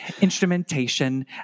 instrumentation